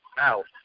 out